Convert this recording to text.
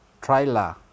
Trailer